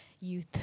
youth